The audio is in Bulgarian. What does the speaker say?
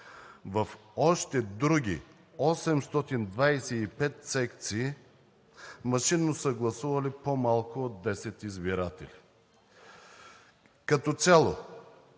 В още други 825 секции машинно са гласували по-малко от 10 избиратели. Като цяло